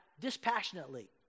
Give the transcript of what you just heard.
dispassionately